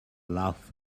laugh